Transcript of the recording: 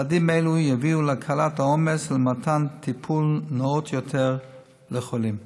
צעדים אלו יביאו להקלת העומס ולמתן טיפול נאות יותר לחולים.